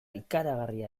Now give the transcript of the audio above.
ikaragarria